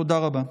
תודה רבה.